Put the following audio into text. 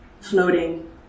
floating